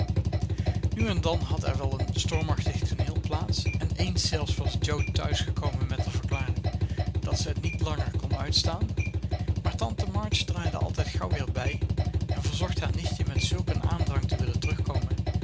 nu en dan had er wel een stormachtig tooneel plaats en eens zelfs was jo thuisgekomen met de verklaring dat ze het niet langer kon uitstaan maar tante march draaide altijd gauw weer bij en verzocht haar nichtje met zulk een aandrang te willen terugkomen